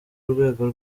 urwego